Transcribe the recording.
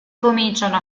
cominciano